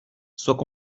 soient